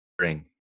ring